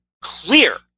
clear